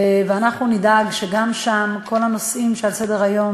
ואנחנו נדאג שגם שם יעלו כל הנושאים שעל סדר-היום,